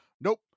Nope